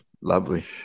Lovely